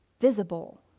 visible